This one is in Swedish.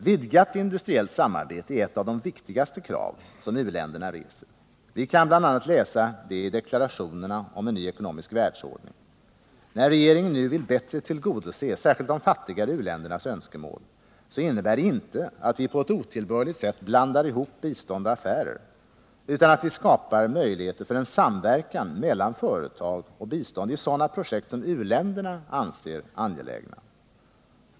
Vidgat industriellt samarbete är ett av de viktigaste krav u-länderna reser. Vi kan bl.a. läsa det i deklarationerna om en ny ekonomisk världsordning. När regeringen nu vill bättre tillgodose särskilt de fattigare u-ländernas önskemål, så innebär det inte att vi på ett otillbörligt sätt ”blandar ihop” bistånd och affärer, utan att vi skapar möjligheter för en samverkan mellan företag och bistånd i sådana projekt som u-länderna anser angelägna.